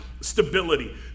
stability